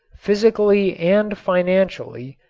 physically and financially,